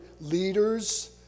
leaders